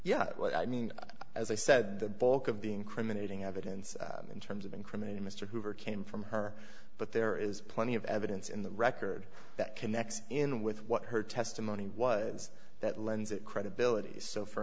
yeah well i mean as i said the bulk of the incriminating evidence in terms of incriminating mr hoover came from her but there is plenty of evidence in the record that connects in with what her testimony was that lends it credibility so for